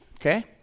okay